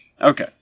okay